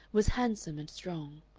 was handsome and strong.